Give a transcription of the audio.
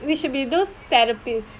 we should be those therapist